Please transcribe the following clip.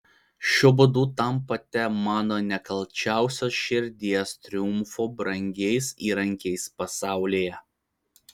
šiuo būdu tampate mano nekalčiausiosios širdies triumfo brangiais įrankiais pasaulyje